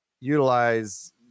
Utilize